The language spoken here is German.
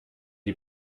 die